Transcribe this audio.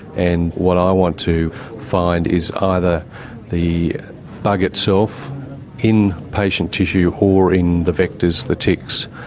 and what i want to find is either the bug itself in patient tissue or in the vectors, the ticks,